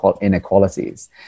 inequalities